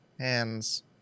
hands